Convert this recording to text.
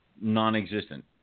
non-existent